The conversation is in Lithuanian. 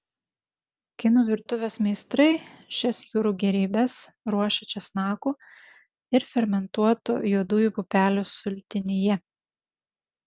kinų virtuvės meistrai šias jūrų gėrybes ruošia česnakų ir fermentuotų juodųjų pupelių sultinyje